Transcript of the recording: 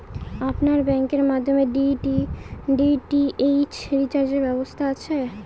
আপনার ব্যাংকের মাধ্যমে ডি.টি.এইচ রিচার্জের ব্যবস্থা আছে?